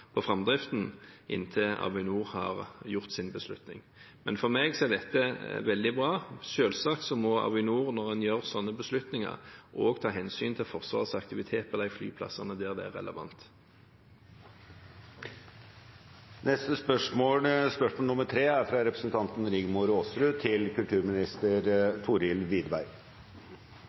sin beslutning. Men for meg er dette veldig bra. Selvsagt må Avinor, når en tar sånne beslutninger, også ta hensyn til Forsvarets aktivitet på de flyplassene der det er